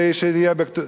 שזה יהיה בכתובים.